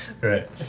Right